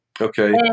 okay